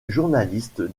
journaliste